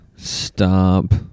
Stop